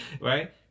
right